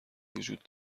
وجود